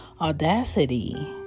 Audacity